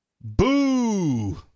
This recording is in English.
Boo